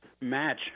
match